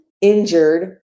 injured